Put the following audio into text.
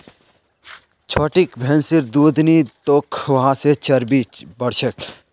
छोटिक भैंसिर दूध नी दी तोक वहा से चर्बी बढ़ छेक